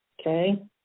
okay